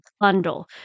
bundle